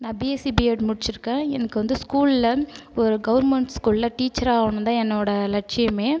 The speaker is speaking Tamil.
நான் பிஎஸ்சி பிஎட் முடிச்சுருக்கேன் எனக்கு வந்து ஸ்கூலில் இப்போ ஒரு கவர்ன்மெண்ட் ஸ்கூலில் டீச்சராக ஆகணும்னு தான் என்னோடய லட்சியமே